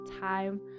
time